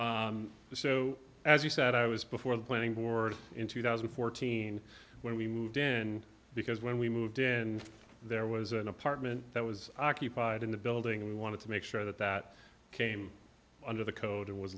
tonight so as you said i was before the planning board in two thousand and fourteen when we moved in because when we moved in there was an apartment that was occupied in the building we wanted to make sure that that came under the code it was